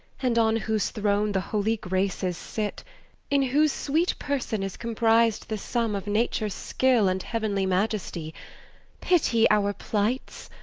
and on whose throne the holy graces sit in whose sweet person is compris'd the sum of nature's skill and heavenly majesty pity our plights!